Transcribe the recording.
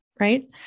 right